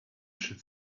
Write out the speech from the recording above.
should